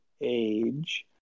age